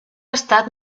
estat